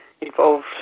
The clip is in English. involved